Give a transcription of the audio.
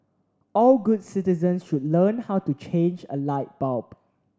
all good citizens should learn how to change a light bulb